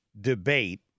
debate